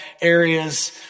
areas